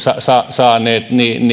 saaneet